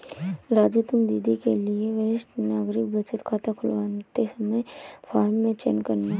राजू तुम दादी के लिए वरिष्ठ नागरिक बचत खाता खुलवाते समय फॉर्म में चयन करना